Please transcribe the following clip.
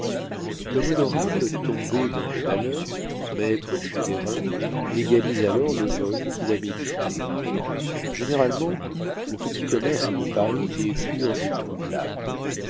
l'homme honorable tombé dans le malheur maître du terrain légalise alors le vol qu'il a médité généralement le petit commerce de paris est pur de tout blâme